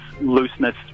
looseness